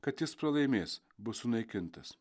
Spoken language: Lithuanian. kad jis pralaimės bus sunaikintas